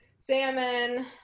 Salmon